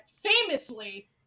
famously